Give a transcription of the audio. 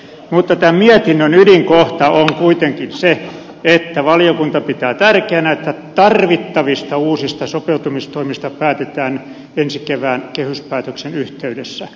mutta tämän mietinnön ydinkohta on kuitenkin se että valiokunta pitää tärkeänä että tarvittavista uusista sopeutumistoimista päätetään ensi kevään kehyspäätöksen yhteydessä